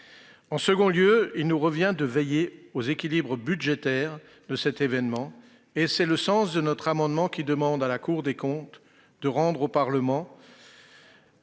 En second lieu, il nous revient de veiller aux équilibres budgétaires de cet événement. Tel est le sens de notre amendement visant à faire remettre au Parlement